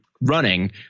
running